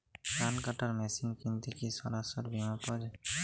ধান কাটার মেশিন কিনতে কি সরকারী বিমা পাওয়া যায়?